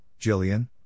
Jillian